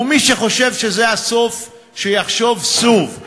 ומי שחושב שזה הסוף, שיחשוב שוב.